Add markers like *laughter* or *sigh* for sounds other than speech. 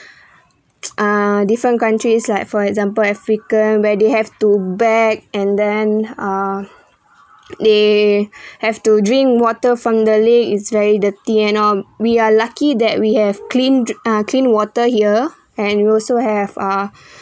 *noise* ah different countries like for example africa where they have to beg and then uh they *breath* have to drink water from the lake is very dirty and all we are lucky that we have clean dr~ uh clean water here and we also have uh